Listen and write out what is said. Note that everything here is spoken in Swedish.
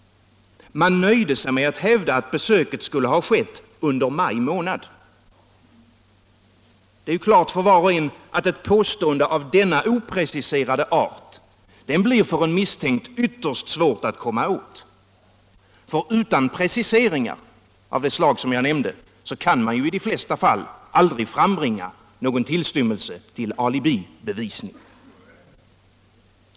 Man nöjde sig med att hävda att besöket skulle ha skett under maj månad. Det är klart för var och en att ett påstående av denna opreciserade art blir för en misstänkt ytterst svårt att komma åt. För utan preciseringar av det slag jag nämnde kan man i de flesta fall aldrig frambringa någon tillstymmelse till alibibevisning.